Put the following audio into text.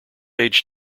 age